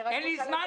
אנחנו יודעים.